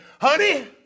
honey